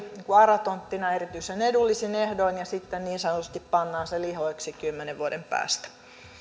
ara tonttina erityisen edullisin ehdoin ja sitten niin sanotusti pannaan se lihoiksi kymmenen vuoden päästä